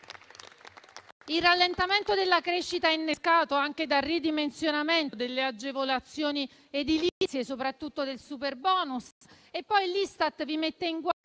Il rallentamento della crescita è innescato anche dal ridimensionamento delle agevolazioni edilizie, soprattutto del superbonus.